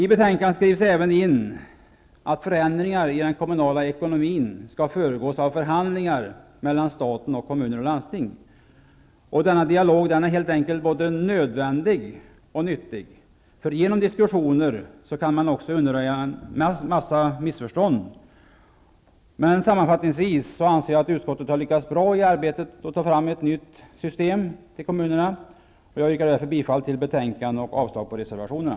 I betänkandet skrivs även in att förändringar i den kommunala ekonomin skall föregås av förhandlingar mellan staten och kommuner och landsting. Denna dialog är helt enkelt både nyttig och nödvändig. Genom diskussioner kan man undanröja en massa missförstånd. Sammanfattningsvis anser jag att utskottet har lyckats bra i arbetet att ta fram ett nytt system för statsbidraget till kommunerna. Jag yrkar därför bifall till utskottets hemställan och avslag på reservationerna.